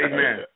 Amen